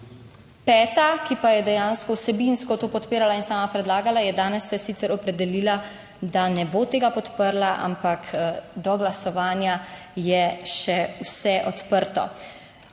peta, ki pa je dejansko vsebinsko to podpirala in sama predlagala, je danes se sicer opredelila, da ne bo tega podprla, ampak do glasovanja je še vse odprto.